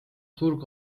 turg